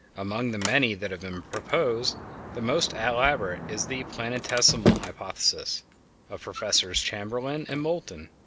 among the many that have been proposed the most elaborate is the planetesimal hypothesis' of professors chamberlin and moulton.